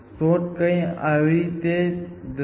શોધ કંઈક આ રીતે જશે